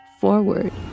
forward